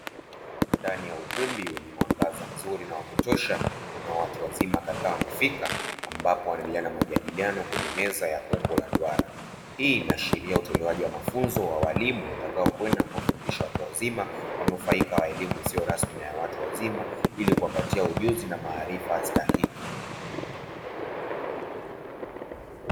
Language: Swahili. Ndani ya ukumbi wenye mwangaza mzuri na wa kutosha, kuna watu wazima kadhaa wamefika, wakiendelea na majadiliano kwenye meza ya umbo la bwana; hii inashiria utolewaji wa mafunzo wa walimu watakaoenda kuwafundisha watu wazima, wanufaika wa elimu isiyo rasmi, ili kuwapatia ujuzi na maarifa stahiki.